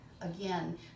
again